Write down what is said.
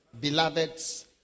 beloveds